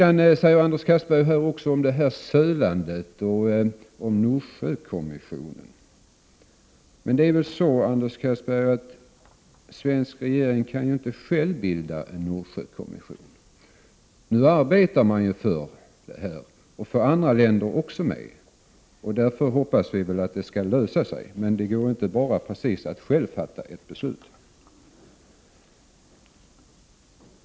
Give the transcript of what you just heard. Anders Castberger talar också om sölandet och om Nordsjökommissionen. Men det är väl så, Anders Castberger, att den svenska regeringen inte själv kan bilda en Nordsjökommission. Man arbetar nu för att få med också andra länder, och därför hoppas vi att frågan skall lösa sig. Men det går inte att bara själv fatta ett beslut.